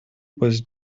was